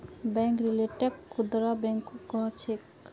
bank रिटेलक खुदरा बैंको कह छेक